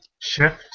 shift